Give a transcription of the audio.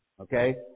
okay